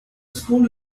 school